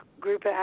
group